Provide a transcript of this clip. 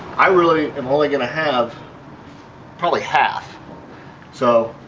i really am only going to have probably half so,